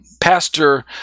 Pastor